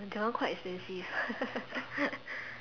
that one quite expensive